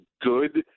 good